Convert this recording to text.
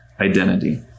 identity